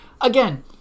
again